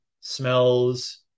smells